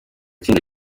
tsinda